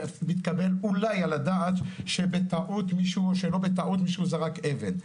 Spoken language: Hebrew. מתקבל אולי על הדעת שבטעות מישהו זרק אבן,